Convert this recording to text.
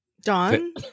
Don